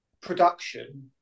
production